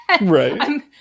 Right